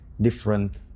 different